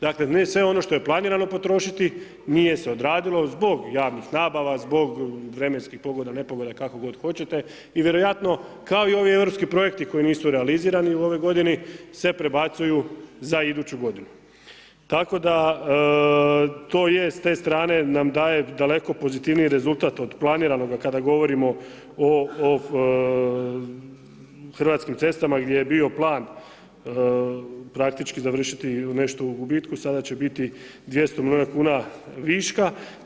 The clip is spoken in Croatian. Dakle, ne sve ono što je planirano potrošiti, nije se odradilo, zbog javnih nabava, zbog vremenski pogoda, nepogoda, kako god hoćete i vjerojatno kao i ovi europski projekti koji nisu realizirani u ovoj g. se prebacuju za iduću g. Tako da je to je s te strane nam daje daleko pozitivnije rezultat od planiranog kada govorimo o hrvatskim cestama, gdje je bio plan praktički završiti nešto u gubitku, sada će biti 200 milijuna kn višaka.